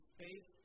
faith